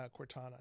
Cortana